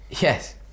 yes